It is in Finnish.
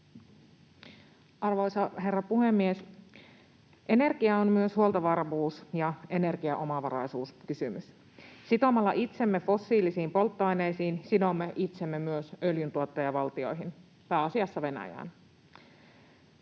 Arvoisa herra puhemies! Energia on myös huoltovarmuus- ja energiaomavaraisuuskysymys. Sitomalla itsemme fossiilisiin polttoaineisiin sidomme itsemme myös öljyntuottajavaltioihin, pääasiassa Venäjään.